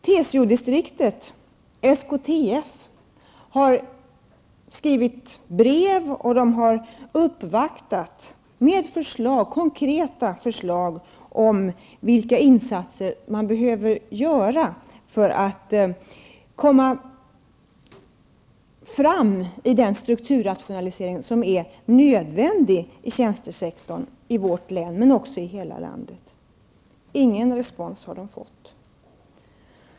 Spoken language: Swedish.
TCO-distriktet, SKTF, har skrivit brev och uppvaktat med uppgifter om vilka konkreta insatser som behöver göras för att komma fram till den strukturrationalisering som är nödvändig i tjänstesektorn i vårt län men också i hela landet. Ingen respons har man fått.